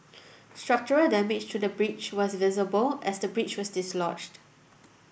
structural damage to the bridge was visible as the bridge was dislodged